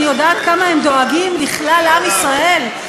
אני יודעת כמה הם דואגים לכלל עם ישראל.